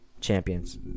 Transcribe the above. Champions